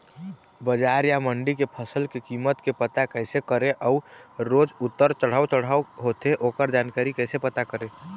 बजार या मंडी के फसल के कीमत के पता कैसे करें अऊ रोज उतर चढ़व चढ़व होथे ओकर जानकारी कैसे पता करें?